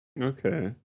Okay